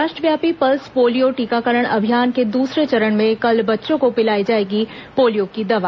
राष्ट्रव्यापी pulse polio टीकाकरण अभियान के दूसरे चरण में कल बच्चों को पिलाई जाएगी पोलियो की दवा